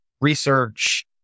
research